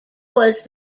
was